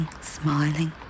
smiling